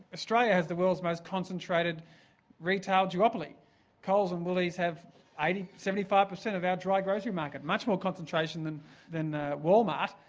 australia has the world's most concentrated retail duopoly coles and woolies have seventy five percent of our dry grocery market, much more concentration than than wal-mart,